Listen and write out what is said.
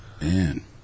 Man